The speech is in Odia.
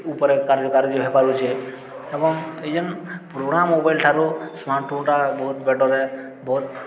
ଉପରେ କାର୍ଯ୍ୟ କାର୍ଯ୍ୟ ହେଇପାରୁଛେ ଏବଂ ଏଇ ଯେନ୍ ପୁରୁଣା ମୋବାଇଲ ଠାରୁ ସ୍ମାର୍ଟ ଫୋନଟା ବହୁତ ବେଟର୍ ବହୁତ